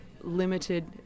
limited